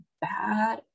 bad